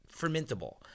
fermentable